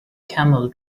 camel